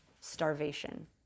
Starvation